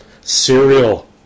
cereal